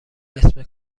اسم